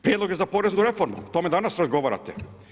Prijedlog je za poreznu reformu, o tome danas razgovarate.